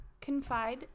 confide